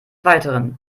weiteren